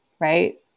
right